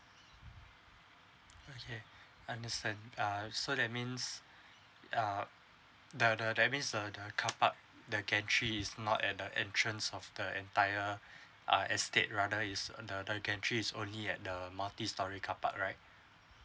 okay understand uh so that means uh the the that means uh the carpark the gantries not at the entrance of the entire uh estate rather is a the the gantry is only at the multi storey car park right